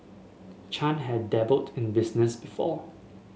Chan had dabbled in business before